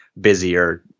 busier